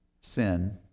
sin